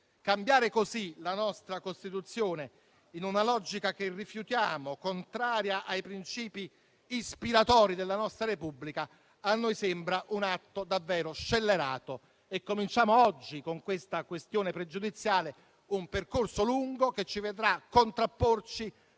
Cambiare così la nostra Costituzione in una logica che rifiutiamo, contraria ai princìpi ispiratori della nostra Repubblica, a noi sembra un atto davvero scellerato. Cominciamo oggi con questa questione pregiudiziale un percorso lungo, che ci vedrà contrapporci